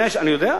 אני יודע.